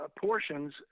portions